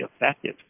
effective